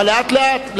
אבל לאט-לאט.